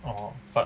orh but